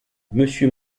monsieur